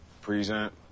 Present